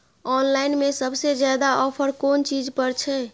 Online में सबसे ज्यादा ऑफर कोन चीज पर छे?